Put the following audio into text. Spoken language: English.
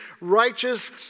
Righteous